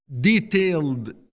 Detailed